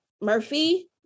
Murphy